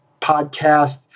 podcast